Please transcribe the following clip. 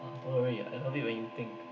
no way I probably where you think